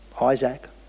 Isaac